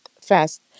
fast